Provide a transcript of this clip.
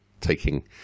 taking